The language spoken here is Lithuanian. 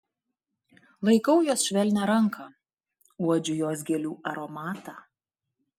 laikau jos švelnią ranką uodžiu jos gėlių aromatą